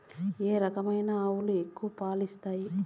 ఏ రకమైన ఆవులు ఎక్కువగా పాలు ఇస్తాయి?